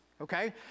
okay